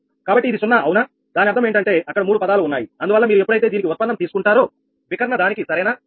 కాబట్టి ఇది 0 అవునా దాని అర్థం ఏమిటంటే అక్కడ మూడు పదాలు ఉన్నాయి అందువల్ల మీరు ఎప్పుడైతే దీనికి ఉత్పన్నం తీసుకుంటారో వికర్ణ దానికి సరేనా